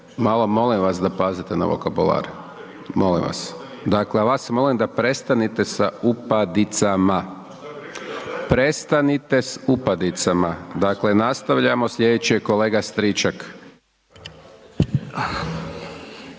malo molim vas da pazite na vokabular, molim vas. Dakle, vas molim a prestanete sa upadicama, prestanite sa upadicama. Dakle, nastavljamo slijedeći je kolega Stričak.